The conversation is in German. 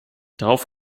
darauf